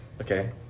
Okay